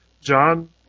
John